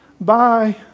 Bye